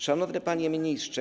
Szanowny Panie Ministrze!